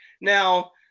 Now